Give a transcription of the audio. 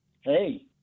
hey